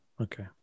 Okay